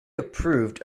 approved